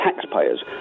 taxpayers